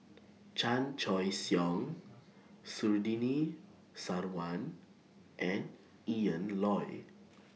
Chan Choy Siong Surtini Sarwan and Ian Loy